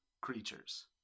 creatures